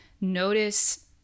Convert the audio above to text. notice